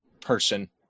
person